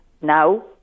now